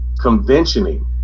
Conventioning